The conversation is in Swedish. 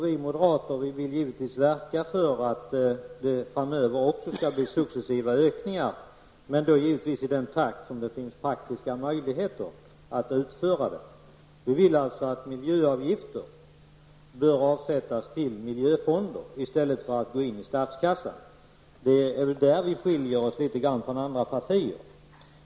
Vi moderater vill givetvis verka för att det också framöver skall bli successiva ökningar. Det får givetvis ske i den takt som det finns praktiska möjligheter till. Vi vill att miljöavgifter avsätts till miljöfonder i stället för att gå in i statskassan. Det är det som skiljer oss litet grand från andra partier.